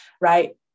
right